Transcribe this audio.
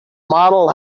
model